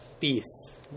peace